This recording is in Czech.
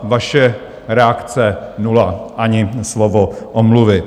Vaše reakce nula, ani slovo omluvy.